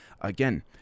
Again